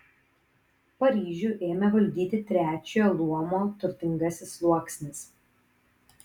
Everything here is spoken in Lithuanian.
paryžių ėmė valdyti trečiojo luomo turtingasis sluoksnis